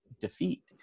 defeat